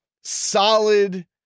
solid